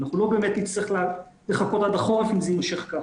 אנחנו לא באמת נצטרך לחכות עד החורף אם זה יימשך ככה.